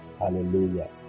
Hallelujah